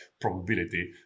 probability